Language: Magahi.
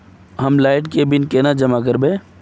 हम लाइट के बिल केना जमा करबे?